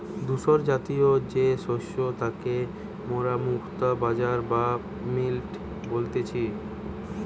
ধূসরজাতীয় যে শস্য তাকে মোরা মুক্তা বাজরা বা মিলেট বলতেছি